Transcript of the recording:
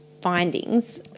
findings